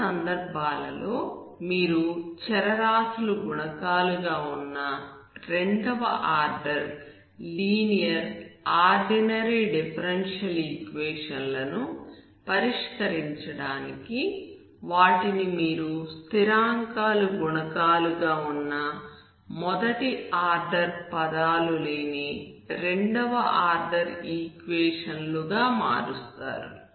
కొన్ని సందర్భాలలో మీరు చరరాశులు గుణకాలుగా ఉన్న రెండవ order linear ordinary differential equations లను పరిష్కరించడానికి వాటిని మీరు స్థిరాంకాలు గుణకాలు గా ఉన్న మొదటి ఆర్డర్ పదాలు లేని రెండవ ఆర్డర్ ఈక్వేషన్ లుగా మారుస్తున్నారు